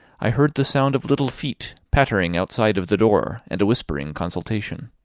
i heard the sound of little feet pattering outside of the door, and a whispering consultation.